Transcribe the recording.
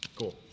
Cool